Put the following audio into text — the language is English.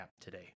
today